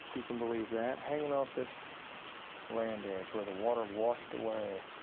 you can believe that, hanging off this land edge where the water washed away.